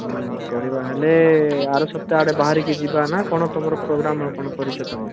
ହୁଁ କରିବା ହେଲେ ଆର ସପ୍ତାହଆଡ଼େ ବାହାରିକି ଯିବା ନା କଣ ତମର ପ୍ରୋଗ୍ରାମ୍ ଆଉ କଣ କରିଛ ତମେ